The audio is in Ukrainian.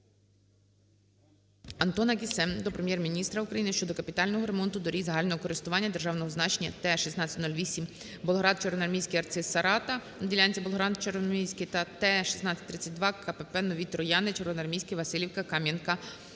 АнтонаКіссе до Прем'єр-міністра України щодо капітального ремонту доріг загального користування державного значення Т-1608 Болград - Червоноармійське - Арциз - Сарата" (на ділянці Болград - Червоноармійське) та Т-1632 КПП Нові Трояни - Червоноармійське - Василівка - Кам'янка